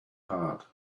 heart